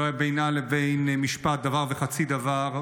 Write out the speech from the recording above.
לא היה בינה לבין משפט דבר וחצי דבר.